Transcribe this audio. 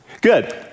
Good